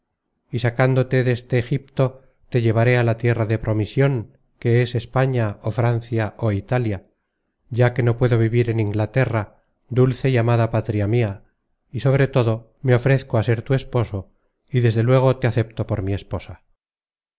y sacándote deste egipto te llevaré á la tierra de promision que es españa ó francia ó italia ya que no puedo vivir en inglaterra dulce y amada patria mia y sobre todo me ofrezco á ser tu esposo y desde luego te acepto por mi esposa